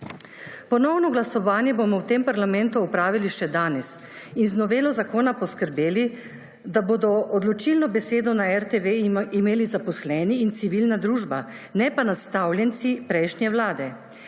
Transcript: Ponovno glasovanje bomo v tem parlamentu opravili še danes in z novelo zakona poskrbeli, da bodo odločilno besedo na RTV imeli zaposleni in civilna družba, ne pa nastavljenci prejšnje vlade.